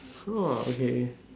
!woah! okay